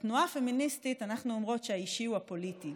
בתנועה הפמיניסטית אנחנו אומרות שהאישי הוא הפוליטי,